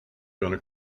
gonna